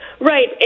Right